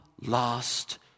Last